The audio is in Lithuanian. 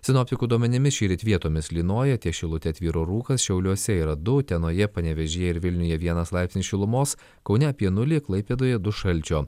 sinoptikų duomenimis šįryt vietomis lynoja ties šilute tvyro rūkas šiauliuose yra du utenoje panevėžyje ir vilniuje vienas laipsnis šilumos kaune apie nulį klaipėdoje du šalčio